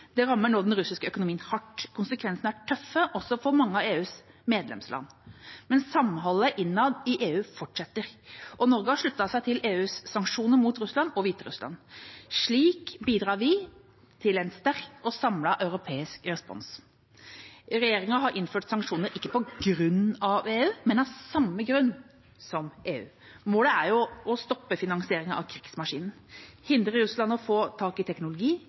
Det rammer nå den russiske økonomien hardt. Konsekvensene er tøffe også for mange av EUs medlemsland. Men samholdet innad i EU fortsetter. Norge har sluttet seg til EUs sanksjoner mot Russland og Hviterussland. Slik bidrar vi til en sterk og samlet europeisk respons. Regjeringa har innført sanksjonene ikke på grunn av EU, men av samme grunn som EU. Målet er å stoppe finansiering av krigsmaskinen, hindre Russland i å få tak i teknologi,